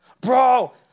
Bro